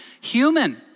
human